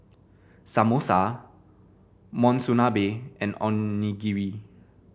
Samosa Monsunabe and Onigiri